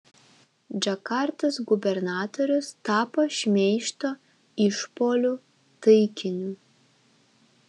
džakartos gubernatorius tapo šmeižto išpuolių taikiniu